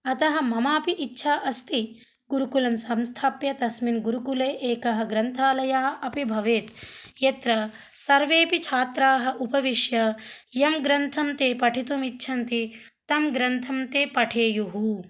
अतः ममाऽपि इच्छा अस्ति गुरुकुलं संस्थाप्य तस्मिन् गुरुकुले एकः ग्रन्थालयः अपि भवेत् यत्र सर्वेऽपि छात्राः उपविश्य यं ग्रन्थं ते पठितुम् इच्छन्ति तं ग्रन्थं ते पठेयुः